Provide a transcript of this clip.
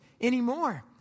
anymore